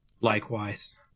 likewise